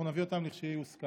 אנחנו נביא אותן כשיוסכם.